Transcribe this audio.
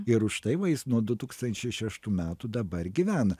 ir už tai va jis nuo du tūkstančiai šeštų metų dabar gyvena